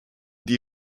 die